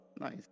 nice